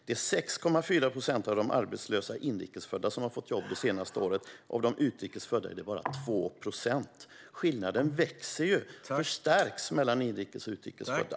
Det är 6,4 procent av de arbetslösa inrikes födda som har fått jobb det senaste året. Av de utrikes födda är det bara 2 procent. Skillnaden växer ju och förstärks mellan inrikes och utrikes födda.